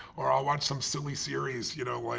or i'll watch some silly series, you know, like